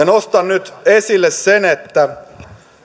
nostan nyt esille sen että